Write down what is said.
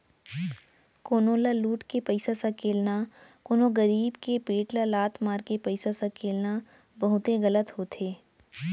कोनो ल लुट के पइसा सकेलना, कोनो गरीब के पेट ल लात मारके पइसा सकेलना बहुते गलत होथे